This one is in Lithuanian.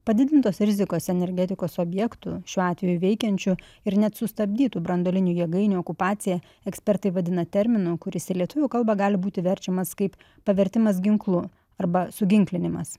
padidintos rizikos energetikos objektų šiuo atveju veikiančių ir net sustabdytų branduolinių jėgainių okupaciją ekspertai vadina terminu kuris į lietuvių kalbą gali būti verčiamas kaip pavertimas ginklu arba suginklininkas